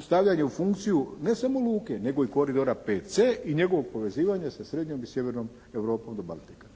stavljanje u funkciju ne samo luke nego i koridora PC i njegovo povezivanje sa srednjom i sjevernom Europom do Baltika.